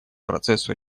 процессу